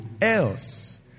Else